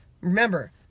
Remember